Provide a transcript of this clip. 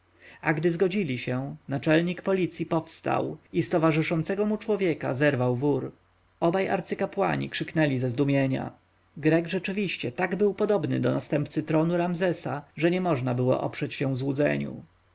a gdy zgodzili się naczelnik policji powstał i z towarzyszącego mu człowieka zerwał wór obaj arcykapłani krzyknęli ze zdumienia grek rzeczywiście tak był podobny do następcy tronu ramzesa że nie było można oprzeć się złudzeniu